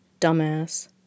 Dumbass